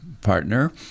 partner